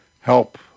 help